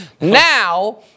Now